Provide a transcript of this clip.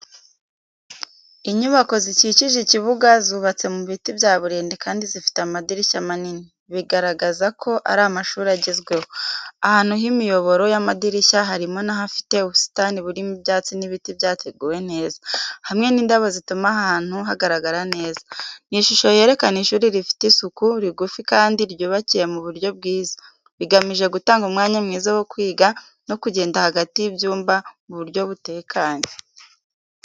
Inyubako zikikije ikibuga zubatse mu biti bya burende kandi zifite amadirishya manini, bigaragaza ko ari amashuri agezweho. Ahantu h’imiyoboro y’amadirishya harimo n’ahafite ubusitani burimo ibyatsi n’ibiti byateguwe neza, hamwe n’indabo zituma ahantu hagaragara neza. Ni ishusho yerekana ishuri rifite isuku, rigufi kandi ryubakiye mu buryo bwiza, bigamije gutanga umwanya mwiza wo kwiga no kugenda hagati y’ibyumba mu buryo butekanye.